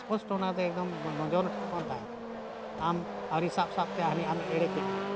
ᱥᱯᱚᱥᱴ ᱚᱱᱟᱫᱚ ᱮᱠᱫᱚᱢ ᱱᱚᱡᱚᱨ ᱨᱮ ᱴᱷᱤᱠ ᱵᱚᱝ ᱛᱟᱦᱮᱱᱟ ᱟᱢ ᱟᱣᱹᱨᱤ ᱥᱟᱵ ᱥᱟᱵ ᱛᱮ ᱦᱟᱹᱱ ᱟᱢᱮ ᱮᱲᱮ ᱠᱮᱫ ᱢᱮᱭᱟ